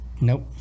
Nope